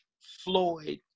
Floyd